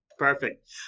Perfect